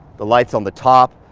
the lights on the top,